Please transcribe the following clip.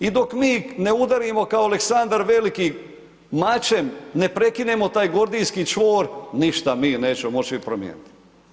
I dok mi ne udarimo kao Aleksandar Veliki mačem, ne prekinemo taj gordijski čvor, ništa mi nećemo moći promijeniti.